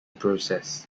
process